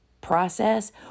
process